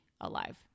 alive